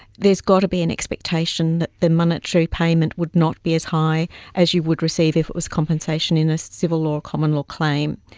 there's got to be an expectation that the monetary payment would not be as high as you would receive if it was compensation in a civil law or common law claim.